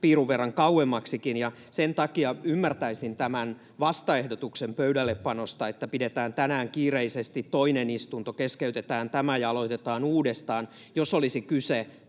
piirun verran kauemmaksikin, ja sen takia ymmärtäisin tämän vastaehdotuksen pöydällepanosta, että pidetään tänään kiireisesti toinen istunto, keskeytetään tämä ja aloitetaan uudestaan, jos olisi kyse